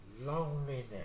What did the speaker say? loneliness